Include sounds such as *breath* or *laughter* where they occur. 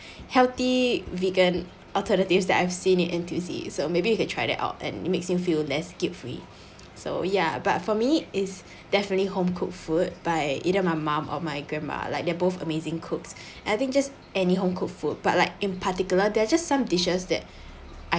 healthy vegan alternatives that I've seen in N_T_U_C so maybe you can try that out and it makes him feel less guilt free so ya but for me is definitely home cooked food by either my mom or my grandma like they're both amazing cooks *breath* and I think just any home cooked food but like in particular they're just some dishes that I